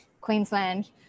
Queensland